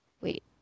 Wait